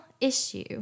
issue